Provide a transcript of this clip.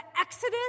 exodus